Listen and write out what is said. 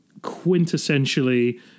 quintessentially